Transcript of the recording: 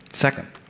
second